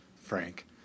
Frank